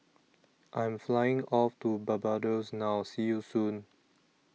I Am Flying off to Barbados now See YOU Soon